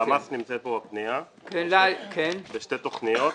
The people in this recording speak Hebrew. הלמ"ס נמצאת פה בפנייה בשתי תוכניות,